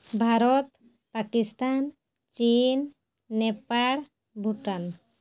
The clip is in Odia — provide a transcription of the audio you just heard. ଭାରତ ପାକିସ୍ତାନ ଚୀନ ନେପାଳ ଭୂଟାନ